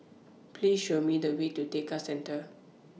Please Show Me The Way to Tekka Centre